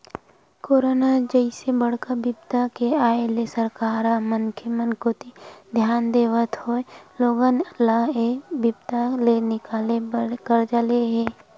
corona जइसे बड़का बिपदा के आय ले सरकार ह मनखे मन कोती धियान देवत होय लोगन ल ऐ बिपदा ले निकाले बर करजा ले हे